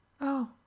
Oh